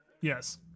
Yes